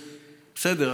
בסדר.